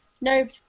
No